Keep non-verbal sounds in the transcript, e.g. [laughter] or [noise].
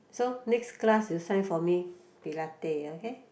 so next class you sign for me [breath] Pilate okay